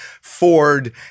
Ford